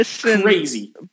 crazy